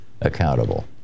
accountable